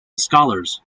scholars